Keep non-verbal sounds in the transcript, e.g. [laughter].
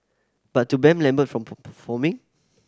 but to ban Lambert from [unintelligible] performing